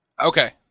Okay